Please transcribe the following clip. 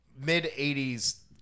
mid-'80s